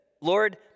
Lord